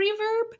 reverb